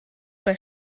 bei